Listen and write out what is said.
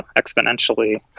exponentially